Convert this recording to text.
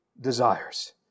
desires